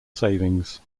savings